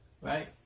Right